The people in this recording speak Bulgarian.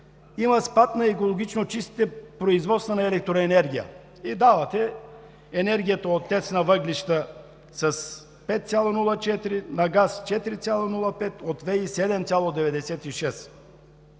има спад на екологично чистите производства на електроенергия и давате енергията от ТЕЦ на въглища – с 5,04; на газ – с 4,05; от ВЕИ –